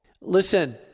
Listen